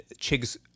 Chigs